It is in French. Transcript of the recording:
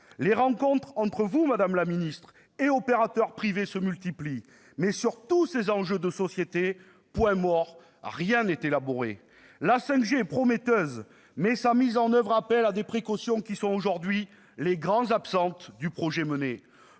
Les rencontres entre vous, madame la secrétaire d'État, et les opérateurs privés se multiplient. Mais, sur tous ces enjeux de société, point mort ; rien n'est élaboré. La 5G est prometteuse, mais sa mise en oeuvre exige des précautions qui sont, aujourd'hui, les grandes absentes du projet.